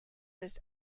this